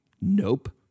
Nope